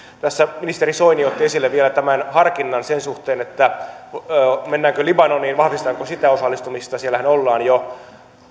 tässä ministeri soini otti esille vielä tämän harkinnan sen suhteen mennäänkö libanoniin vahvistetaanko sitä osallistumista siellähän ollaan jo